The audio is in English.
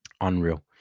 Unreal